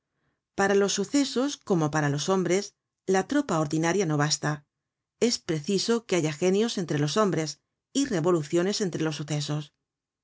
para los sucesos como para los hombres la tropa ordinaria no basta es preciso que haya genios entre los hombres y revoluciones entre los sucesos